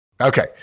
Okay